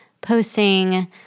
posting